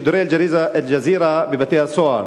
שידורי "אל-ג'זירה" בבתי-הסוהר.